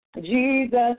Jesus